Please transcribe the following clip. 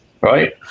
Right